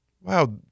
Wow